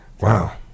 Wow